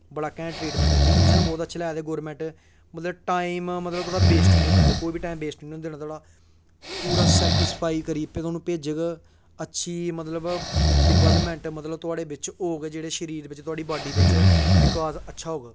बड़ा कैंट treatment decision बड़े अच्छे लै दी गौरमैंट मतलब टाइम थुआढ़ा वेस्ट निं होन देना कोई बी टैम थोआढ़ा वेस्ट निं होन देना पूरा सैटिसफाई करियै थोआनू भेजग अच्छी मतलब डवैल्पमैंट मतलब थोआढ़े बिच्च होग जेह्ड़े शरीर बिच्च थोआढ़ी बाड्डी बिच्च बिकाज अच्छा होग